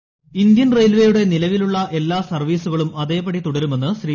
voice Indian റെയിൽവേയുടെ നിലവിലുള്ള എല്ലാ സർവ്വീസുകളും അതേപടി തുടരുമെന്ന് ശ്രീ